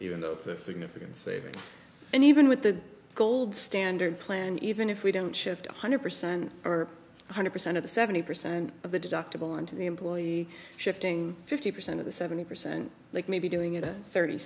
even though it's a significant savings and even with the gold standard plan even if we don't shift one hundred percent or one hundred percent of the seventy percent of the deductible into the employee shifting fifty percent of the seventy percent like maybe doing it at thirty